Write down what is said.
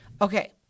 Okay